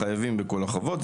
חייבים בכל החובות,